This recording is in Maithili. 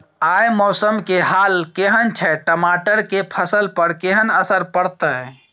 आय मौसम के हाल केहन छै टमाटर के फसल पर केहन असर परतै?